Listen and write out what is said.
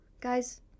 guys